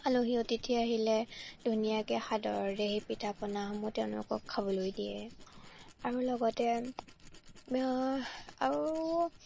আলহী অতিথি আহিলে ধুনীয়াকৈ সাদৰেৰে সেই পিঠা পনাসমূহ তেওঁলোকক খাবলৈ দিয়ে আৰু লগতে আৰু